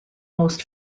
most